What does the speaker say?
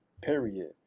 Period